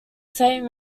saint